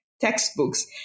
textbooks